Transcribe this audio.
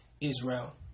Israel